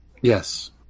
yes